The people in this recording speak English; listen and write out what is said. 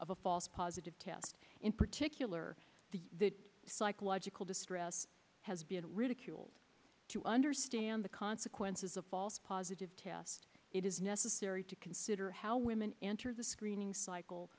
of a false positive in particular the psychological distress has been ridiculed to understand the consequences of false positives it is necessary to consider how women enter the screening cycle